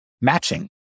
matching